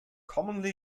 commonly